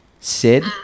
Sid